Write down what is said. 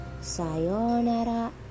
Sayonara